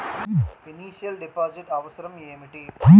Initial deposit అవసరం ఏమిటి?